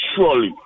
surely